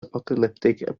apocalyptic